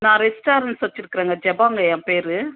நான் ரெஸ்டாரண்ட்ஸ் வச்சுருக்கிறேங்க ஜெபாங்க என் பேர்